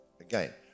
Again